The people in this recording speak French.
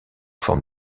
forme